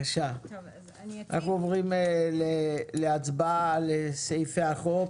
עוברים להצבעה על סעיפי החוק.